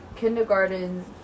kindergarten